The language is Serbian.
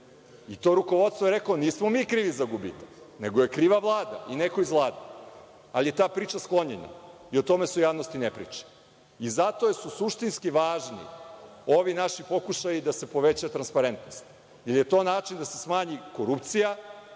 i to rukovodstvo je reklo - nismo mi krivi za gubitak, nego je kriva Vlada i neko iz Vlade, ali je ta priča sklonjena i o tome se u javnosti ne priča. Zato su suštinski važni ovi naši pokušaji da se poveća transparentnost, jer je to način da se smanji korupcija